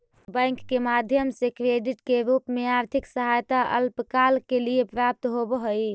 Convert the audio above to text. bank के माध्यम से क्रेडिट के रूप में आर्थिक सहायता अल्पकाल के लिए प्राप्त होवऽ हई